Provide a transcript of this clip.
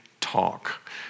talk